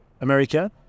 America